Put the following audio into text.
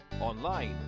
online